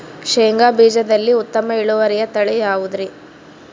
ಶೇಂಗಾ ಬೇಜದಲ್ಲಿ ಉತ್ತಮ ಇಳುವರಿಯ ತಳಿ ಯಾವುದುರಿ?